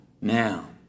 Now